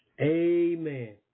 Amen